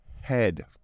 head